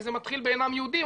כי זה מתחיל באינם יהודים,